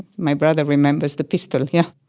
my brother remembers the pistol, yeah.